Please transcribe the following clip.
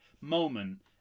moment